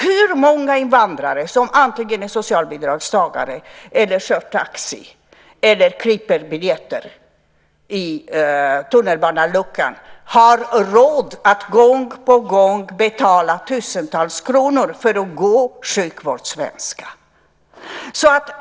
Hur många invandrare som är socialbidragstagare, kör taxi eller klipper biljetter i tunnelbanan har råd att gång på gång betala tusentals kronor för att gå kurs i sjukvårdssvenska?